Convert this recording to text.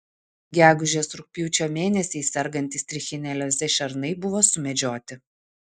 gegužės rugpjūčio mėnesiais sergantys trichinelioze šernai buvo sumedžioti